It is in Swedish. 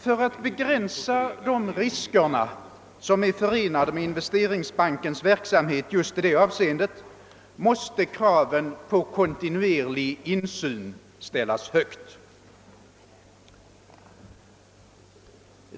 För att begränsa de risker som är förenade med =: Investeringsbankens verksamhet i just detta avseende måste kraven på kontinuerlig insyn ställas högt.